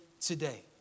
today